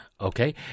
Okay